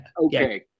okay